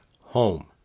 home